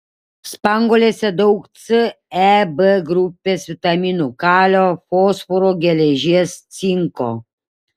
spanguolėse daug c e b grupės vitaminų kalio fosforo geležies cinko